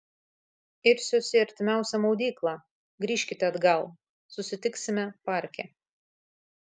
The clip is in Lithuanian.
irsiuosi į artimiausią maudyklą grįžkite atgal susitiksime parke